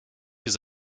his